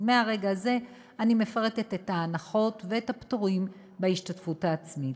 אז מהרגע הזה אני מפרטת את ההנחות ואת הפטורים בהשתתפות העצמית: